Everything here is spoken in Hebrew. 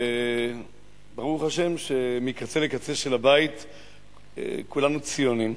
וברוך השם שמקצה לקצה של הבית כולנו ציונים,